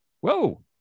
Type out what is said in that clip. Whoa